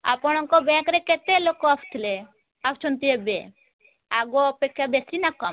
ଆପଣଙ୍କ ବ୍ୟାଙ୍କ୍ରେ କେତେ ଲୋକ ଆସୁଥିଲେ ଆସୁଛନ୍ତି ଏବେ ଆଗ ଅପେକ୍ଷା ବେଶୀ ନା କମ୍